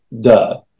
duh